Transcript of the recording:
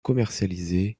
commercialisée